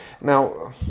Now